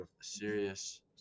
Serious